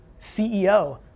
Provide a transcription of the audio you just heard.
CEO